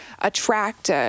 attract